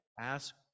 ask